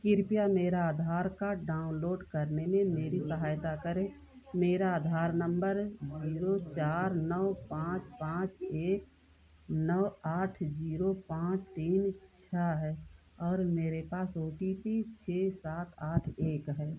कृपया मेरा Aadhaar card download करने में मेरी सहायता करें मेरा आधार नम्बर ज़ीरो चार नौ पाँच पाँच एक नौ आठ ज़ीरो पाँच तीन छह है और मेरे पास ओ टी पी छह सात आठ एक है